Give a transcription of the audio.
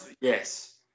Yes